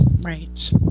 right